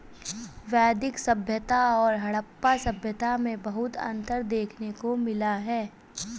वैदिक सभ्यता और हड़प्पा सभ्यता में बहुत अन्तर देखने को मिला है